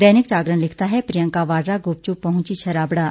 दैनिक जागरण लिखता है प्रियंका वाड्रा गुपचुप पहुंची छराबड़ा